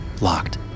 locked